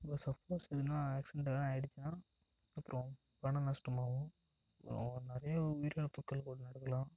இப்போ சப்போஸ் எதுனா ஆக்சிடெண்ட் எதுனா ஆயிடுச்சுன்னா அப்புறோம் பணம் நஷ்டமாகவும் அப்புறோம் நிறைய உயிரிழப்புகள் நடக்கலாம்